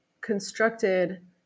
constructed